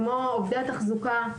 כמו עובדי התחזוקה.